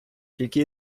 тільки